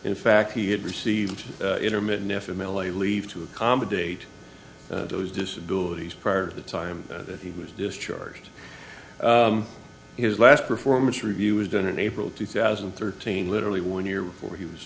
in fact he had received intermittent f m l a leave to accommodate those disabilities prior to the time that he was discharged his last performance review was done in april two thousand and thirteen literally one year before he was